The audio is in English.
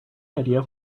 idea